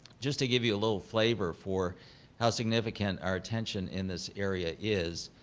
just to give you a little flavor for how significant our attention in this area is,